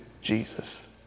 Jesus